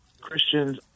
christians